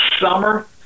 summer